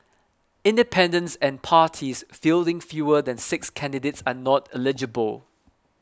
independents and parties fielding fewer than six candidates are not eligible